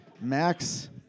Max